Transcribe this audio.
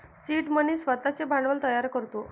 seed money स्वतःचे भांडवल तयार करतो